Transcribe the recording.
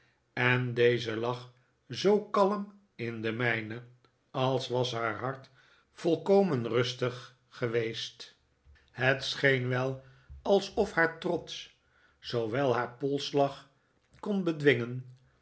en deze lag zoo kalm in de mijne als was haar hart volkomen rustig geweest het scheen wel alsof haar trots zoowel haar polsslag kon bedavid